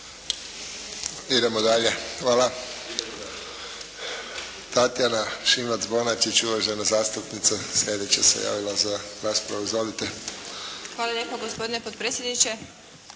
Idemo dalje. Hvala. Tatjana Šimac Bonačić, uvažena zastupnica slijedeća se javila za raspravu. Izvolite. **Šimac Bonačić, Tatjana